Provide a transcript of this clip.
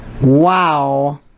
Wow